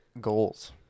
goals